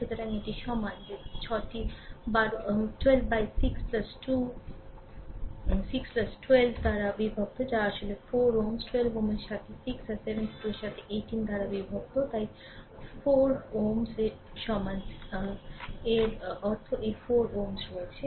সুতরাং এটি সমান যে 6 টি 12 6 12 দ্বারা বিভক্ত যা আসলে 4 Ω 12 এর সাথে 6 আর 72 এর সাথে 18 দ্বারা বিভক্ত তাই 4 Ω সমান Ω সুতরাং এর অর্থ এই 4Ω রয়েছে